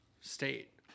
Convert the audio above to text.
state